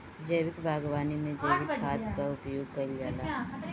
जैविक बागवानी में जैविक खाद कअ उपयोग कइल जाला